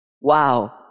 Wow